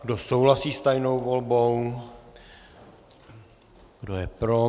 Kdo souhlasí s tajnou volbou, kdo je pro?